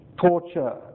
Torture